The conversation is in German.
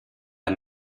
der